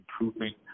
improving